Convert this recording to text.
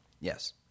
Yes